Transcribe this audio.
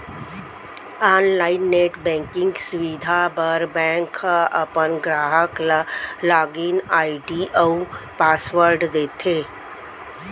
online net banking सुबिधा बर bank ह अपन गराहक ल लॉगिन आईडी अउ पासवर्ड देथे